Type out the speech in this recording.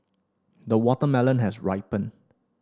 the watermelon has ripened